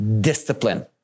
discipline